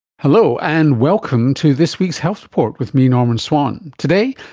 hello, and welcome to this week's health report with me, norman swan. today,